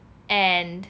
and